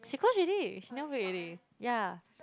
she close already she never bake already yeah